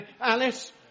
Alice